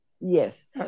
Yes